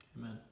Amen